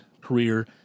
career